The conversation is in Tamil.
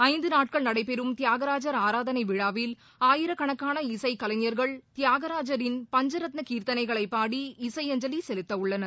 ஐந்துநாட்கள் நடைபெறும் தியாகராஜார் ஆராதனைவிழாவில் ஆயிரக்கணக்கான இசைக்கலைஞர்கள் தியாகராஜரின் பஞ்சரத்தினகீர்த்தனைகளைப் பாடி இசையஞ்சலிசெலுத்தவுள்ளனர்